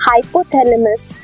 Hypothalamus